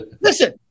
Listen